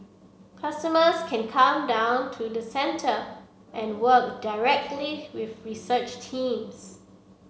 customers can come down to the centre and work directly with research teams